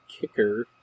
kicker